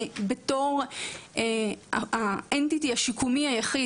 בתור ה- Entity היחיד,